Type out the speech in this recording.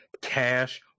cash